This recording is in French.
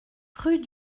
rue